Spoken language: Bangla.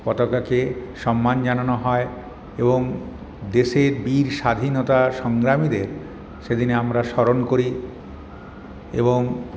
পতাকাকে সম্মান জানানো হয় এবং দেশের বীর স্বাধীনতা সংগ্রামীদের সেদিনে আমরা স্মরণ করি এবং